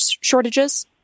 shortages